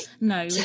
No